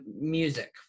music